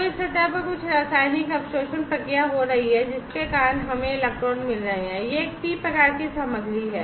तो इस सतह पर कुछ रासायनिक अवशोषण प्रक्रिया हो रही है जिसके कारण हमें इलेक्ट्रॉन मिल रहे हैं यह एक पी प्रकार की सामग्री है